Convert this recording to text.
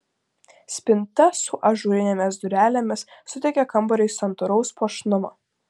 spinta su ažūrinėmis durelėmis suteikia kambariui santūraus puošnumo